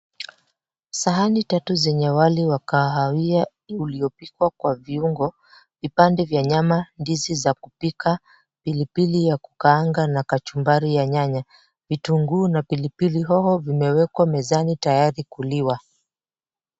Sahani tatu zenye wali wa kahawia uliopikwa kwa viungo. Vipande vya nyama, ndizi za kupika, pilipili ya kukaanga na kachumbari ya nyanya. Vitunguu na pilipili hoho vimewekwa mezani tayari kuliwa.